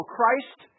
Christ